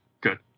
Good